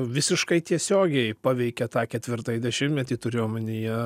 visiškai tiesiogiai paveikia tą ketvirtąjį dešimtmetį turiu omenyje